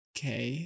Okay